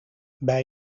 bij